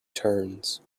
turns